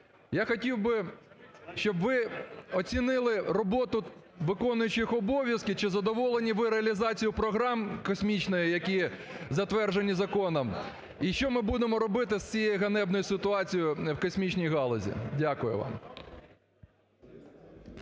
Я хотів би, щоб ви оцінили роботу виконуючих обов'язки, чи задоволені ви реалізацією програм космічних, які затверджені законом? І що ми будемо робити з цією ганебною ситуацією у космічній галузі? Дякую вам.